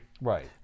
Right